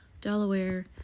Delaware